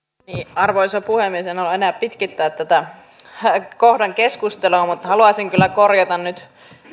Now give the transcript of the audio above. arvoisa puhemies en halua enää pitkittää tämän kohdan keskustelua mutta haluaisin kyllä nyt korjata